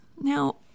Now